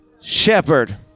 shepherd